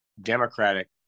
democratic